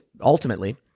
ultimately